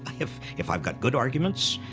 if if i've got good arguments,